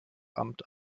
amt